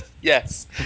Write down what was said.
Yes